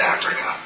Africa